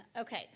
Okay